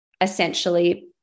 essentially